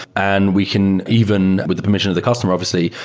and we can even, with the permission of the customer, obviously,